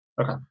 Okay